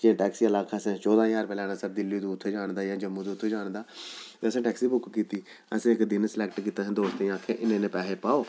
ते टैक्सी आह्ली आखा दा हा असें चौदां ज्हार लैना दिल्ली तों उत्थें जाने दा जां जम्मू दा उत्थें जाने दा असें टैक्सी कीती असें इक दिन स्लैक्ट कीता असें दोस्तें गी आखेआ इन्ने इन्ने पैहे पाओ